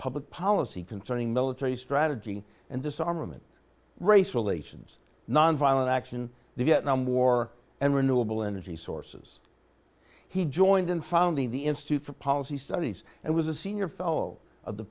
public policy concerning military strategy and disarmament race relations nonviolent action the vietnam war and renewable energy sources he joined in founding the institute for policy studies and was a senior fellow of the